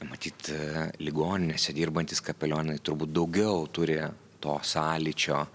matyt ligoninėse dirbantys kapelionai turbūt daugiau turi to sąlyčio